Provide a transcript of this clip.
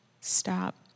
stop